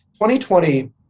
2020